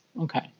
Okay